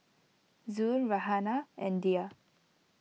Zul Raihana and Dhia